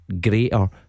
greater